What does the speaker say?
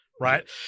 right